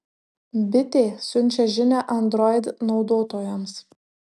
bitė siunčia žinią android naudotojams